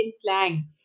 slang